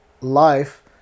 life